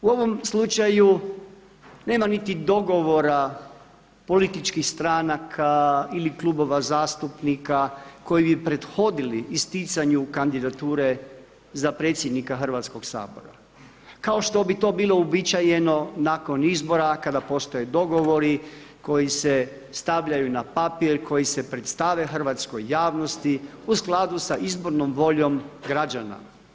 U ovom slučaju nema niti dogovora političkih stranaka ili klubova zastupnika koji bi prethodili isticanju kandidature za predsjednika Hrvatskoga sabora kao što bi to bilo uobičajeno nakon izbora kada postoje dogovori koji se stavljaju na papir, koji se predstave hrvatskoj javnosti u skladu sa izbornom voljom građana.